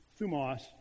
thumos